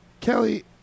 Kelly